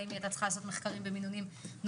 והאם היתה צריכה לעשות מחקרים במינונים אחרים,